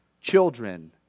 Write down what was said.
children